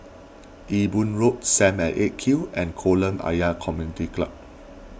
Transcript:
Ewe Boon Road Sam at eight Q and Kolam Ayer Community Club